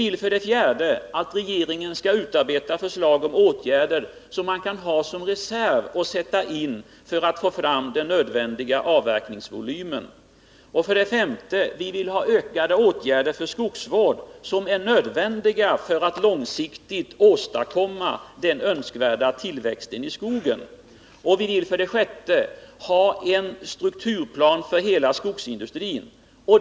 Vi vill att regeringen skall utarbeta förslag till åtgärder som skall finnas som reserv att sättas in för att få fram den nödvändiga avverkningsvolymen. 5. Vi vill ha ökade åtgärder för skogsvård, som är nödvändiga för att långsiktigt åstadkomma den önskvärda tillväxten i skogen. 6. Vi vill ha en strukturplan för hela skogsindustrin.